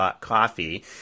coffee